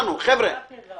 כשמכבי אש מגיעים,